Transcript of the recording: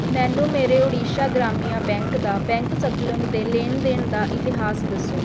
ਮੈਨੂੰ ਮੇਰੇ ਓਡੀਸ਼ਾ ਗ੍ਰਾਮੀਆ ਬੈਂਕ ਦਾ ਬੈਂਕ ਸੰਤਲੁਨ ਅਤੇ ਲੈਣ ਦੇਣ ਦਾ ਇਤਿਹਾਸ ਦੱਸੋ